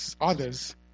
others